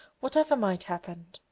whatever might happen,